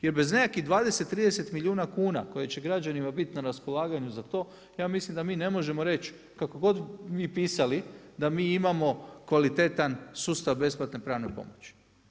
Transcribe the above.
Jer bez nekakvih 20, 30 milijuna kuna koje će građanima biti na raspolaganju za to ja mislim da mi ne možemo reći kako god mi pisali da mi imamo kvalitetan sustav besplatne pravne pomoći.